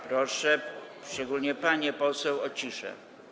Proszę, szczególnie panie poseł, o ciszę.